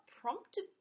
prompted